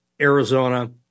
Arizona